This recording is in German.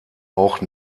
auch